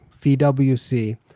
VWC